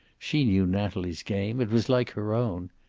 she knew natalie's game it was like her own.